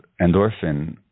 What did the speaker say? endorphin